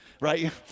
Right